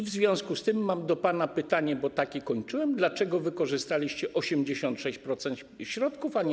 W związku z tym mam do pana pytanie, bo tak kończyłem: Dlaczego wykorzystaliście 86% środków, a nie